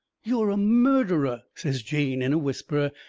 you're a murderer, says jane in a whisper,